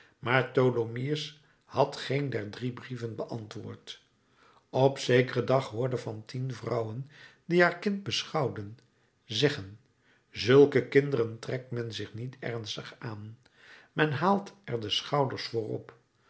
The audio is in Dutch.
maar tholomyès had geen der drie brieven beantwoord op zekeren dag hoorde fantine vrouwen die haar kind beschouwden zeggen zulke kinderen trekt men zich niet ernstig aan men haalt er de schouders